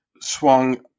swung